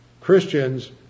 Christians